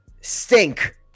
stink